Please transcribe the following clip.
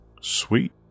Sweet